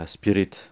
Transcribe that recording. Spirit